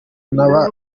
naba